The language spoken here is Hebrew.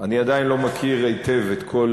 אני עדיין לא מכיר היטב את כל